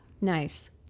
nice